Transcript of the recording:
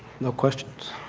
no questions?